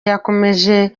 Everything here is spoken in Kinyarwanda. yakomeje